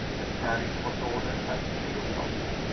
the carriage was ordered at three o'clock.